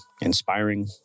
inspiring